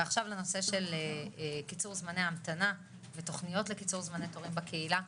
עכשיו לנושא של קיצור זמני המתנה ותכניות לקיצור זמני תורים בקהילה.